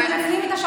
אנחנו עובדים על זה.